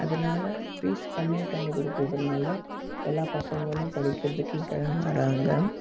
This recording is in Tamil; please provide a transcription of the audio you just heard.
அதனால ஃபீஸ் கம்மியாக பண்ணி கொடுக்கறதுனால எல்லா பசங்களும் படிக்கிறதுக்கு இங்கே தான் வராங்க